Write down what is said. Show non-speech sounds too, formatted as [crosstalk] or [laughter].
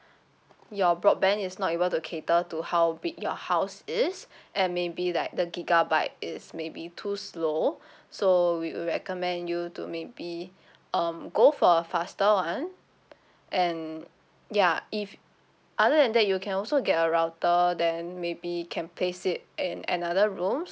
your broadband is not able to cater to how big your house is [breath] and maybe like the gigabyte is maybe too slow [breath] so we would recommend you to maybe um go for a faster one and ya if other than that you can also get a router then maybe can place it in another room